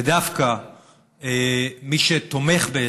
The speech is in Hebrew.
ודווקא מי שתומך בהסדר,